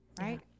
Right